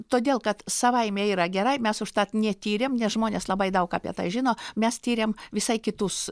todėl kad savaime yra gerai mes užtat netyrėm nes žmonės labai daug apie tai žino mes tyrėm visai kitus